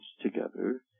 together